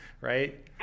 right